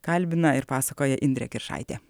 kalbina ir pasakoja indrė kiršaitė